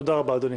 תודה רבה, אדוני.